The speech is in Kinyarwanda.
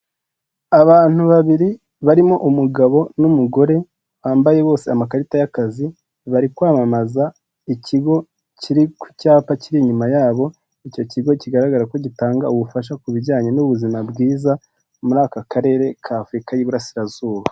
Abantu babiri barimo umugabo n'umugore bambaye bose amakarita y'akazi bari kwamamaza ikigo kiri ku cyapa kiri inyuma yabo, icyo kigo kigaragara ko gitanga ubufasha ku bijyanye n'ubuzima bwiza muri aka karere k'Afurika y'Iburasirazuba.